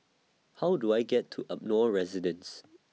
How Do I get to Ardmore Residence